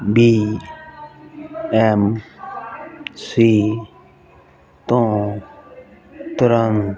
B M C ਤੋਂ ਤੁਰੰਤ